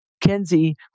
Kenzie